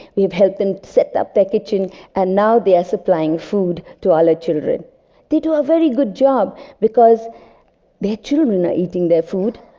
we have helped them set up the kitchen and now they are supplying food to all our children. they do a very good job because their children are eating their food,